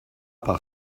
par